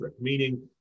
meaning